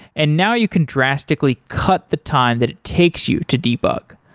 and now you can drastically cut the time that it takes you to debug.